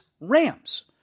Rams